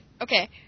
okay